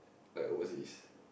like overseas